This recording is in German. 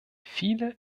viele